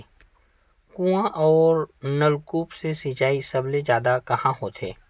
कुआं अउ नलकूप से सिंचाई सबले जादा कहां होथे?